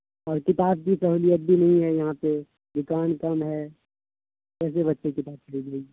اور کتاب کی سہولیت بھی نہیں ہے یہاں پہ دکان کم ہے کیسے بچے کتاب خرید لیں